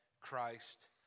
Christ